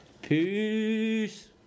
Peace